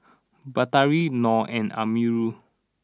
Batari Nor and Amirul